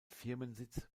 firmensitz